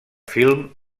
film